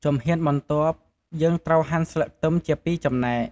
ជំហានបន្ទាប់ យើងត្រូវហាន់ស្លឹកខ្ទឹមជាពីរចំណែក។